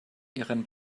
ihren